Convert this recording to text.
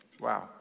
Wow